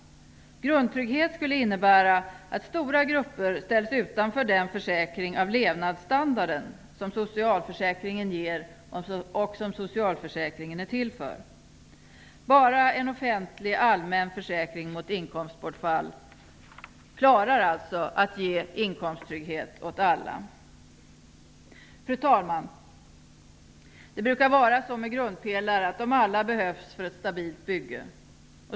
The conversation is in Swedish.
Grundtrygghet skulle innebära att stora grupper ställs utanför den försäkring av levnadsstandarden som socialförsäkringen ger och som socialförsäkringen är till för. Bara en offentlig allmän försäkring mot inkomstbortfall klarar alltså att ge inkomsttrygghet åt alla. Fru talman! Det brukar vara så med grundpelare att de alla behövs för ett stabilt bygge.